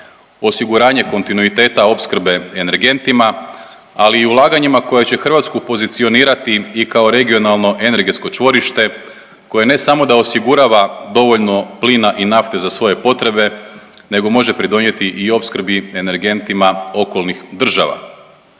osiguranje kontinuiteta opskrbe energentima, ali i ulaganjima koja će Hrvatsku pozicionirati i kao regionalno energetsko čvorište koje ne samo da osigurava dovoljno plina i nafte za svoje potrebe nego može pridonijeti i opskrbi energentima okolnih država.